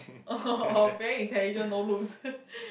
or very intelligent no looks